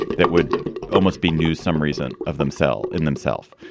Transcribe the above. that would almost be news, some reason of themselves in themself.